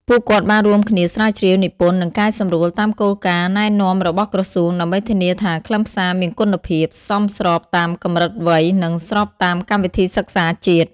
ពួកគាត់បានរួមគ្នាស្រាវជ្រាវ និពន្ធ និងកែសម្រួលតាមគោលការណ៍ណែនាំរបស់ក្រសួង ដើម្បីធានាថាខ្លឹមសារមានគុណភាព សមស្របតាមកម្រិតវ័យ និងស្របតាមកម្មវិធីសិក្សាជាតិ។